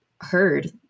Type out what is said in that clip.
heard